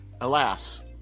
Alas